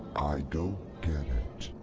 i don't get it.